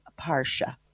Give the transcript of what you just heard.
Parsha